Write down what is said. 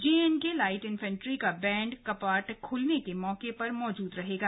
जे एडं के लाइट इन्फेट्री का बैंड कपाट खुलने के मौके पर मौजूद रहेगा